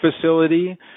facility